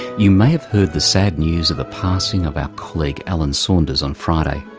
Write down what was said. you may have heard the sad news of the passing of our colleague alan saunders on friday.